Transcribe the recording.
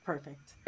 Perfect